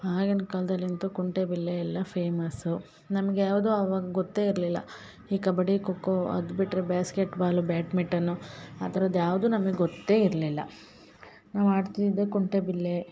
ಆಗಿನ ಕಾಲ್ದಲ್ಲಿ ಅಂತು ಕುಂಟೆಬಿಲ್ಲೆ ಎಲ್ಲ ಫೇಮಸು ನಮ್ಗೆ ಯಾವುದು ಆವಾಗ ಗೊತ್ತೇ ಇರಲಿಲ್ಲ ಈ ಕಬಡ್ಡಿ ಖೋಖೋ ಅದು ಬಿಟ್ಟರೆ ಬ್ಯಾಸ್ಕೆಟ್ಬಾಲು ಬ್ಯಾಡ್ಮಿಟನು ಆ ಥರದ್ ಯಾವುದು ನಮಗೆ ಗೊತ್ತೇ ಇರಲಿಲ್ಲ ನಾವು ಆಡ್ತಿದಿದ್ದು ಕುಂಟೆಬಿಲ್ಲೆ